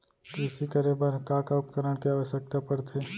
कृषि करे बर का का उपकरण के आवश्यकता परथे?